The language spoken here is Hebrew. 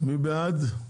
מי בעד?